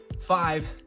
five